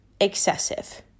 excessive